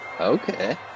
Okay